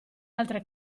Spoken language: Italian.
altre